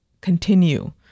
continue